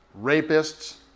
rapists